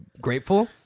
grateful